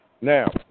now